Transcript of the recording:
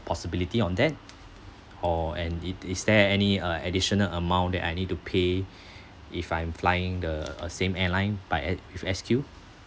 possibility on that or and it is there any uh additional amount that I need to pay if I'm flying the uh same airline by S if S_Q